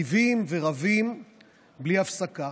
ריבים ורבים בלי הפסקה.